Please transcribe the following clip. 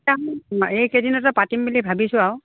অঁ এইকেইদিনতে পাতিম বুলি ভাবিছোঁ আৰু